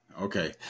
Okay